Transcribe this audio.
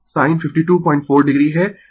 तो यह 39061 है